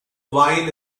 wine